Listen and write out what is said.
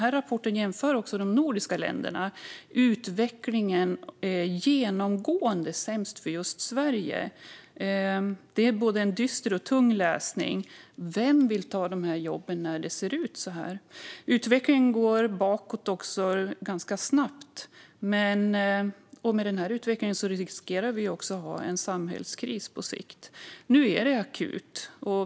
Rapporten jämför också de nordiska länderna. Utvecklingen är genomgående sämst för just Sverige. Det är en både dyster och tung läsning. Vem vill ta dessa jobb när det ser ut så här? Utvecklingen går också ganska snabbt bakåt. Men den utvecklingen riskerar vi att ha en samhällskris på sikt. Nu är det akut.